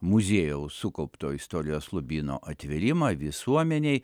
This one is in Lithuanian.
muziejaus sukaupto istorijos lobyno atvėrimą visuomenei